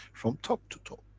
from top to toe.